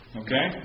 okay